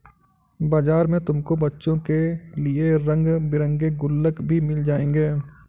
बाजार में तुमको बच्चों के लिए रंग बिरंगे गुल्लक भी मिल जाएंगे